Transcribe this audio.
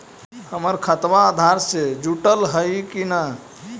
हमर खतबा अधार से जुटल हई कि न?